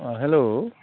অ hello